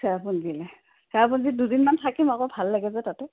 চেৰাপুঞ্জীলৈ চেৰাপুঞ্জীত দুদিনমান থাকিম আকৌ ভাল লাগিব তাতে